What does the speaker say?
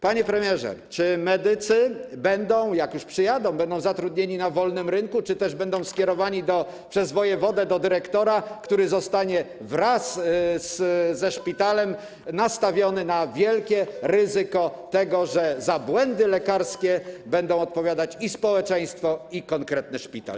Panie premierze, czy medycy, jak już przyjadą, będą zatrudnieni na wolnym rynku czy też będą skierowani przez wojewodę do dyrektora, który zostanie wraz ze szpitalem wystawiony na wielkie ryzyko dotyczące tego, że za błędy lekarskie będą odpowiadać i społeczeństwo, i konkretny szpital?